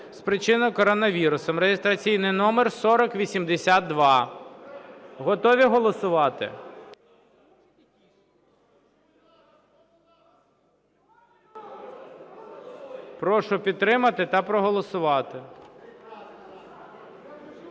спричиненої коронавірусом (реєстраційний номер 4082). Готові голосувати? Прошу підтримати та проголосувати.